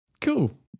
cool